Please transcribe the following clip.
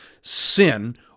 sin